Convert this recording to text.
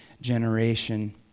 generation